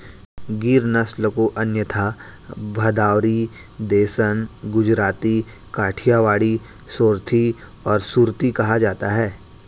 गिर नस्ल को अन्यथा भदावरी, देसन, गुजराती, काठियावाड़ी, सोरथी और सुरती कहा जाता है